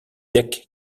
deck